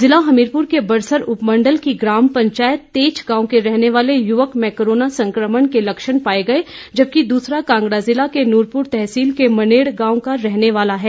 ज़िला हमीरपुर के बड़सर उपमंडल की ग्राम पंचायत तेच्छ गांव के रहने वाले युवक में कोरोना संकमण के लक्षण पाये गये है जबकि दूसरा कांगड़ा जिला की नुरपुर तहसील के मनेड़ गांव का रहने वाला है